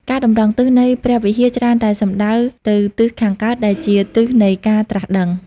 ការតម្រង់ទិស នៃព្រះវិហារច្រើនតែសំដៅទៅទិសខាងកើតដែលជាទិសនៃការត្រាស់ដឹង។